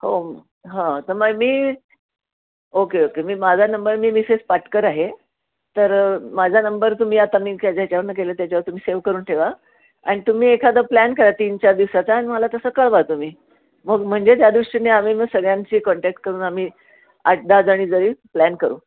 हो हां तर मग मी ओके ओके मी माझा नंबर मी मिसेस पाटकर आहे तर माझा नंबर तुम्ही आता मी ज्याच्यावरनं केलं त्याच्यावर तुम्ही सेव करून ठेवा आणि तुम्ही एखादा प्लॅन करा तीन चार दिवसाचा आणि मला तसं कळवा तुम्ही मग म्हणजे त्या दृष्टीने आम्ही मग सगळ्यांशी कॉन्टॅक्ट करून आम्ही आठ दहाजणी जरी प्लॅन करू